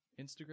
Instagram